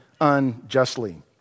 unjustly